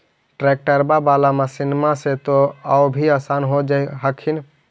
ट्रैक्टरबा बाला मसिन्मा से तो औ भी आसन हो जा हखिन?